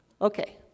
okay